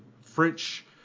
French